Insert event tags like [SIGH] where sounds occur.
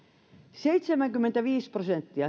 seitsemänkymmentäviisi prosenttia [UNINTELLIGIBLE]